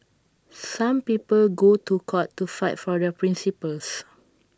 some people go to court to fight for their principles